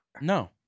No